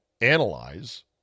analyze